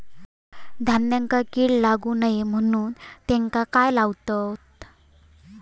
धान्यांका कीड लागू नये म्हणून त्याका काय लावतत?